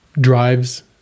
drives